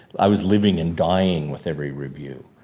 i was living and dying with every review.